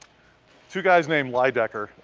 two guys named lydecker.